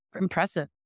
Impressive